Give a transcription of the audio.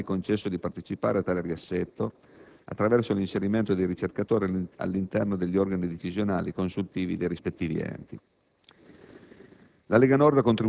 ai quali non é stato mai concesso di partecipare a tale riassetto, attraverso l'inserimento dei ricercatori all'interno degli organi decisionali e consultivi dei rispettivi enti.